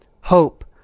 hope